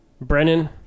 brennan